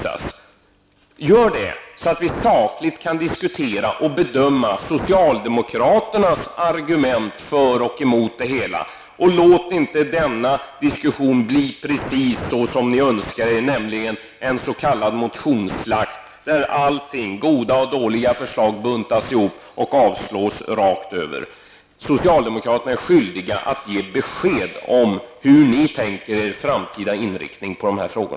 Svara på dessa frågor så att vi sakligt kan diskutera och bedöma socialdemokraternas argument för och emot! Låt inte denna diskussion bli precis så som ni önskar, nämligen en s.k. motionsslakt där både goda och dåliga förslag buntas ihop och avslås rakt över! Socialdemokraterna är skyldiga att ge besked om hur de tänker sig den framtida inriktningen i dessa frågor.